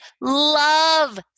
love